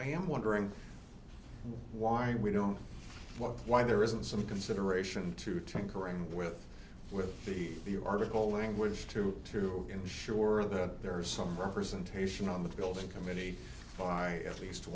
i am wondering why we don't why there isn't some consideration to tinker around with with the new article language to to ensure that there is some representation on the building committee by at least